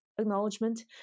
acknowledgement